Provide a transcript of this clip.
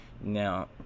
Now